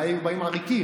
אולי היו באים עריקים.